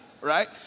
right